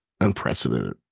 unprecedented